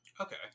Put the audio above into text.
Okay